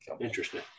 Interesting